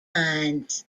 pines